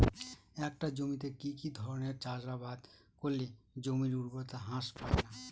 একটা জমিতে কি কি ধরনের চাষাবাদ করলে জমির উর্বরতা হ্রাস পায়না?